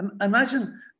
Imagine